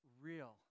real